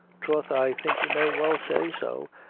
troth, i think you may well say so,